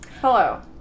Hello